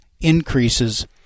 increases